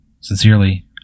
Sincerely